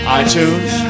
iTunes